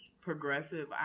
progressive